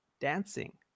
dancing